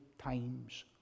times